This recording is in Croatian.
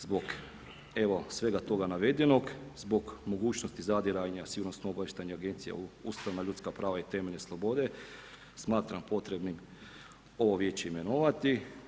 Zbog evo svega toga navedenog, zbog mogućnosti zadiranja Sigurnosno-obavještajne agencije u ustavna ljudska prava i temeljne slobode smatram potrebnim ovo Vijeće imenovati.